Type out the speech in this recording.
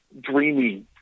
dreamy